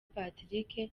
patrick